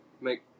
make